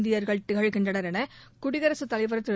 இந்தியர்கள் திகழ்கின்றனர் என குடியரசுத் தலைவர் திரு